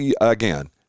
again